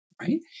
right